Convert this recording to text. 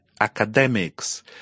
academics